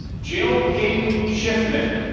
jill hayden shiffman